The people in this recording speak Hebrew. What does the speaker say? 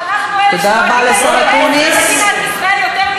ואנחנו אלה שדואגים לישראל ולמדינת ישראל יותר מכם.